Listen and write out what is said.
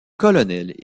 colonel